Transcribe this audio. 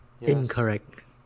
Incorrect